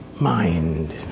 mind